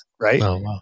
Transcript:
Right